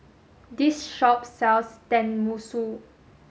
this shop sells Tenmusu